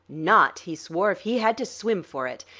not, he swore, if he had to swim for it.